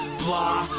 blah